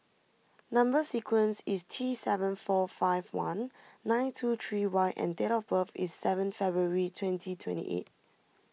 Number Sequence is T seven four five one nine two three Y and date of birth is seven February twenty twenty eight